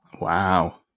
Wow